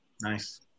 Nice